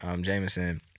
Jameson